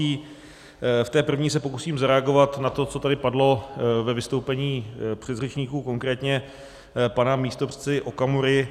V té první se pokusím zareagovat na to, co tady padlo ve vystoupení předřečníků, konkrétně pana místopředsedy Okamury.